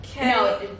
No